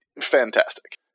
fantastic